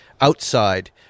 Outside